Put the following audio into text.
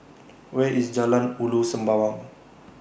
Where IS Jalan Ulu Sembawang